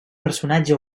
personatge